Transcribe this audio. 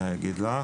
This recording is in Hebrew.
כן.